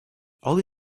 only